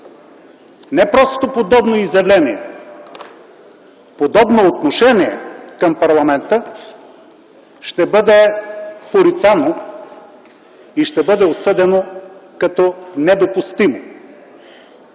не просто подобно изявление, а подобно отношение към парламента ще бъде порицано и ще бъде осъдено като недопустимо.